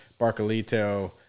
Barcolito